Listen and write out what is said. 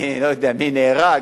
מי נהרג,